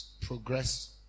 progress